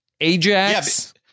Ajax